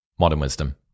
modernwisdom